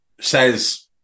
says